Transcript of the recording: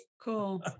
Cool